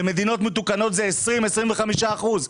במדינות מתוקנות זה 20, 25 אחוזים.